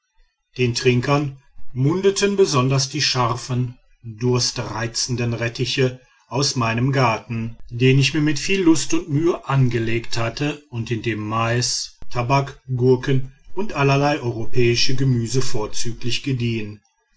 den trinkern mundeten besonders die scharfen durstreizenden rettiche aus meinem garten den ich mir mit viel lust und mühe angelegt hatte und in dem mais tabak gurken und allerlei europäische gemüse vorzüglich gediehen